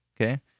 Okay